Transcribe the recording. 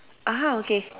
(uh huh) okay